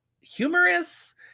humorous